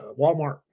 Walmart